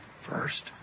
First